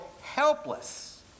helpless